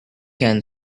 can